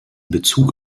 bezug